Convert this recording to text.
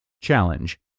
Challenge